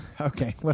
Okay